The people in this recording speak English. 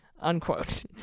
Unquote